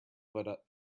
but